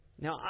Now